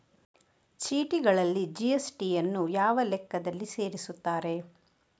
ಚೀಟಿಗಳಲ್ಲಿ ಜಿ.ಎಸ್.ಟಿ ಯನ್ನು ಯಾವ ಲೆಕ್ಕದಲ್ಲಿ ಸೇರಿಸುತ್ತಾರೆ?